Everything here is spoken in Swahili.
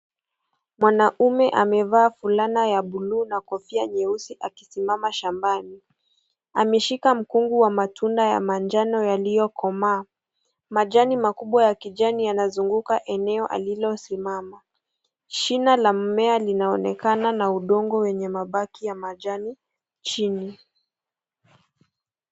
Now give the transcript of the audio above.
Mwanaume amevaa fulana ya buluu na kofia nyeusi akisimama shambani. Ameshika mkungu wa matunda ya manjano yaliyokomaa. Majani makubwa ya kijani yanazunguka eneo alilosimama. Shina la mmea linaonekana na udongo wenye mabaki ya majani nchini.